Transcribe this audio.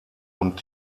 und